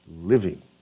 living